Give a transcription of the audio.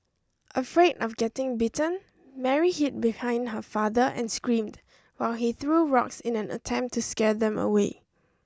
afraid of getting bitten Mary hid behind her father and screamed while he threw rocks in an attempt to scare them away